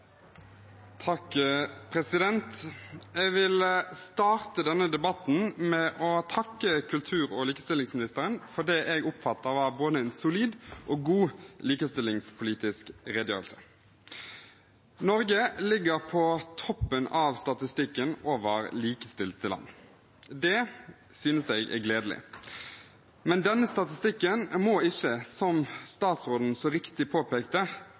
Jeg vil starte denne debatten med å takke kultur- og likestillingsministeren for det jeg oppfatter var en både solid og god likestillingspolitisk redegjørelse. Norge ligger på toppen av statistikken over likestilte land. Det synes jeg er gledelig. Men denne statistikken må ikke, som statsråden så riktig påpekte,